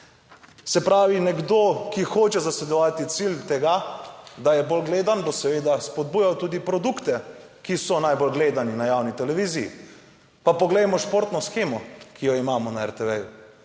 Se pravi, nekdo, ki hoče zasledovati cilj tega, da je bolj gledan, bo seveda spodbujal tudi produkte, ki so najbolj gledani na javni televiziji. Pa poglejmo športno shemo, ki jo imamo na RTV-ju.